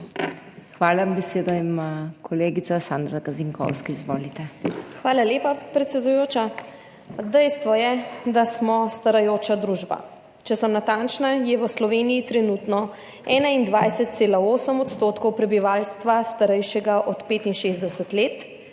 Hvala. Besedo ima kolegica Sandra Gazinkovski, izvolite. SANDRA GAZINKOVSKI (PS Svoboda): Hvala lepa, predsedujoča. Dejstvo je, da smo starajoča družba. Če sem natančna je v Sloveniji trenutno 21,8 odstotkov prebivalstva starejšega od 65 let